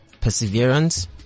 Perseverance